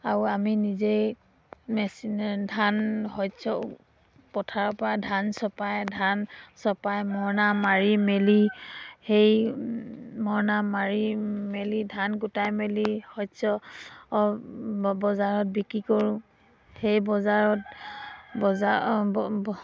আৰু আমি নিজেই মেচিনে ধান শস্য পথাৰৰ পৰা ধান চপাই ধান চপাই মৰণা মাৰি মেলি সেই মৰণা মাৰি মেলি ধান কুটাই মেলি শস্য বজাৰত বিক্ৰী কৰোঁ সেই বজাৰত বজাৰ